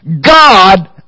God